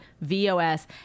VOS